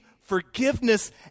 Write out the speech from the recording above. forgiveness